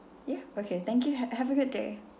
ya okay thank you ha~ have a good day